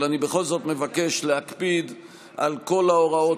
אבל אני בכל זאת אני מבקש להקפיד על כל ההוראות